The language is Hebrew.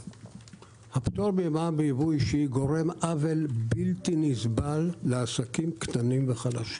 הפטור ממע"מ בייבוא אישי גורם לעוול בלתי נסבל לעסקים קטנים וחלשים.